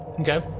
Okay